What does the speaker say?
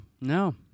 no